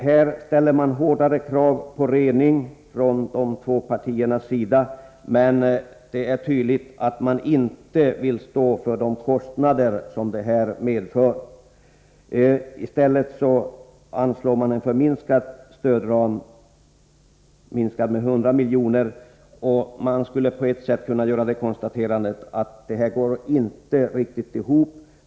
Man ställer från dessa två partiers sida hårdare krav på rening, men det är tydligt att man inte vill stå för de kostnader som detta medför. I stället föreslås en med 100 miljoner förminskad ram. Jag skulle kunna göra det konstaterandet att det här inte går riktigt ihop.